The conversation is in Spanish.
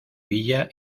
villa